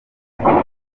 rugo